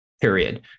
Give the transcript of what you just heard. period